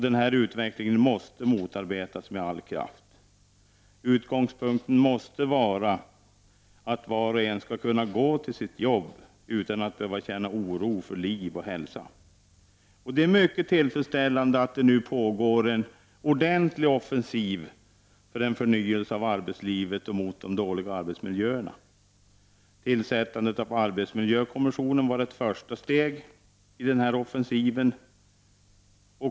Den här utvecklingen måste motarbetas med all kraft. Utgångspunkten måste vara att var och en skall kunna gå till sitt arbete utan att behöva känna oro för liv och hälsa. Det är mycket tillfredsställande att det nu pågår en ordentlig offensiv för en förnyelse av arbetslivet och mot de dåliga arbetsmiljöerna. Tillsättandet av arbetsmiljökommissionen var ett första steg i denna offensiv.